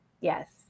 yes